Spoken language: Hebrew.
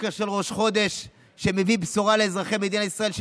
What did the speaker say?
בוקר של ראש חודש שמביא בשורה לאזרחי מדינת ישראל,